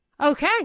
Okay